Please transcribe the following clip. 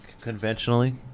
conventionally